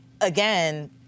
again